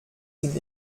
sind